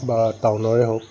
বা টাউনৰে হওক